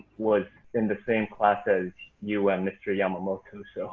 was in the same class as you and mr. yamamoto.